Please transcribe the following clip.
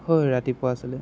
হয় ৰাতিপুৱা আছিলে